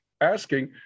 asking